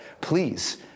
please